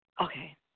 okay